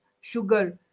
sugar